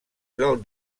del